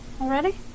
already